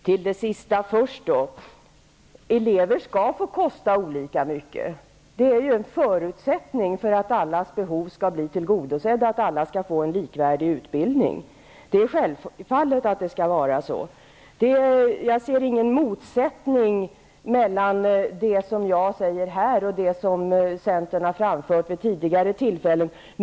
Herr talman! Elever skall få kosta olika mycket. En förutsättning för att alla behov skall bli tillgodosedda är sjävfallet att alla får en likvärdig utbildning. Jag ser ingen motsättning mellan vad jag säger här och vad centern har framfört vid tidigare tillfällen.